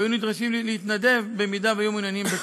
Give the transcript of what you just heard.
והיו נדרשים להתנדב במידה שהיו מעוניינים בכך.